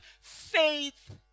faith